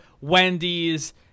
Wendy's